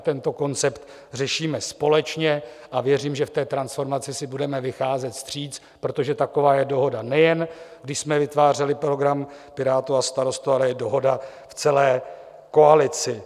Tento koncept řešíme společně a věřím, že v transformaci si budeme vycházet vstříc, protože taková je dohoda nejen když jsme vytvářeli program Pirátů a Starostů, ale i dohoda v celé koalici.